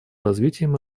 развитием